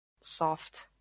soft